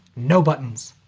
no buttons.